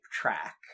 track